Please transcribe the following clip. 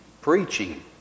preaching